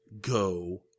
go